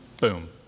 Boom